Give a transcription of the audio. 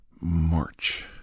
March